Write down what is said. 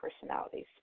personalities